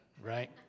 right